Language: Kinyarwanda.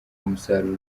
umusaruro